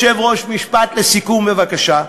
אדוני היושב-ראש, משפט לסיכום, בבקשה.